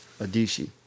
Adishi